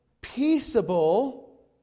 peaceable